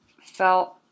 felt